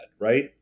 Right